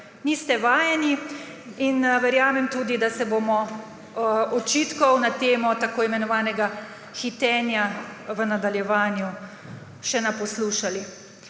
niste vajeni, in verjamem tudi, da se bomo očitkov na temo tako imenovanega hitenja v nadaljevanju še naposlušali.